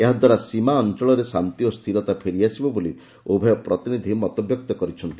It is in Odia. ଏହାଦ୍ୱାରା ସୀମା ଅଞ୍ଚଳରେ ଶାନ୍ତି ଓ ସ୍ଥିରତା ଫେରି ଆସିବ ବୋଲି ଉଭୟ ପ୍ରତିନିଧି ମତବ୍ୟକ୍ତ କରିଛନ୍ତି